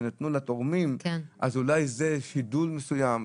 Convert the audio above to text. שנתנו לתורמים אז אולי זה שידול מסוים.